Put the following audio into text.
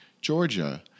Georgia